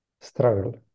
struggle